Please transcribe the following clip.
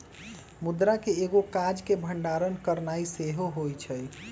मुद्रा के एगो काज के भंडारण करनाइ सेहो होइ छइ